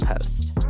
Post